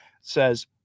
says